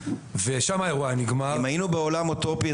ושם האירוע היה נגמר --- אם היינו בעולם אוטופי,